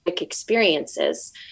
experiences